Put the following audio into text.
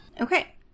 Okay